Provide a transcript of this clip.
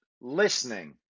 Listening